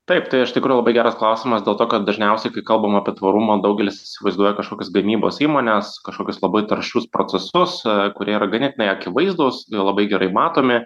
taip tai iš tikrųjų labai geras klausimas dėl to kad dažniausiai kai kalbam apie tvarumą daugelis įsivaizduoja kažkokias gamybos įmones kažkokius labai taršius procesus kurie yra ganėtinai akivaizdūs labai gerai matomi